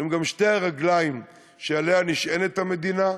והם גם שתי הרגליים שעליהן נשענת המדינה.